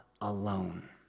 alone